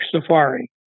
Safari